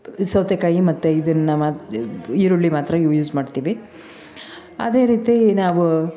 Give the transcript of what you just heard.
ಇದು ಸೌತೆಕಾಯಿ ಮತ್ತೆ ಇದನ್ನು ಮ ಈರುಳ್ಳಿ ಮಾತ್ರ ಯೂಸ್ ಮಾಡ್ತೀವಿ ಅದೇ ರೀತಿ ನಾವು